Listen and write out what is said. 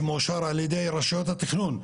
שמאושר על ידי רשויות התכנון,